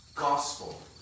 gospel